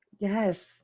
Yes